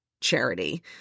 charity –